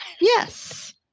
Yes